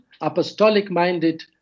apostolic-minded